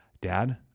dad